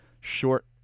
short